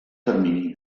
termini